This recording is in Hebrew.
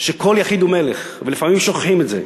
שכל יחיד הוא מלך, ולפעמים שוכחים את זה.